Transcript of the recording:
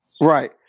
Right